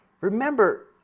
remember